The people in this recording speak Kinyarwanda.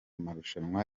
marushanwa